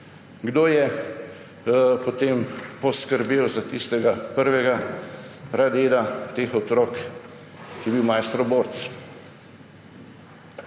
Kdo je potem poskrbel za tistega prvega pradeda teh otrok, ki je bil Maistrov borec?